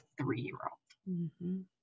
three-year-old